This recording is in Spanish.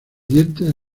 dientes